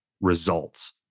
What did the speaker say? results